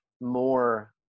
more